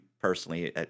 personally